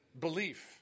belief